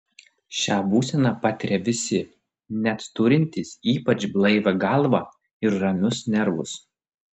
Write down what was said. šią būseną patiria visi net turintys ypač blaivią galvą ir ramius nervus